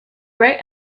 right